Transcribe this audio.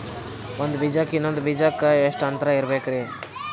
ಒಂದ್ ಬೀಜಕ್ಕ ಇನ್ನೊಂದು ಬೀಜಕ್ಕ ಎಷ್ಟ್ ಅಂತರ ಇರಬೇಕ್ರಿ?